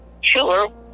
sure